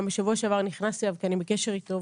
גם בשבוע שעבר נכנסתי אליו כי אני בקשר איתו,